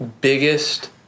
biggest